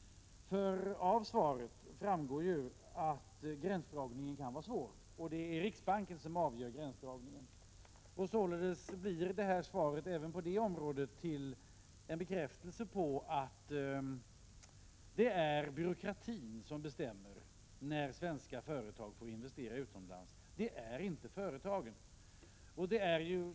Av svaret framgår ju att gränsdragningen kan vara svår, och det är riksbanken som avgör gränsdragningen. Således blir det här svaret även på detta område en bekräftelse på att det är byråkratin som bestämmer när svenska företag får investera utomlands. Det är inte företagen.